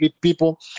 people